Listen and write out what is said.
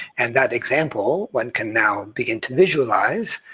and that example, one can now begin to visualize,